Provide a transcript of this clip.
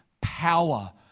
Power